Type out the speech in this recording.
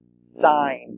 sign